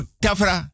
tafra